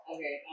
Okay